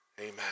amen